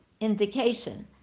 indication